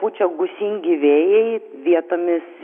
pučia gūsingi vėjai vietomis